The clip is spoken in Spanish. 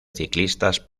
ciclistas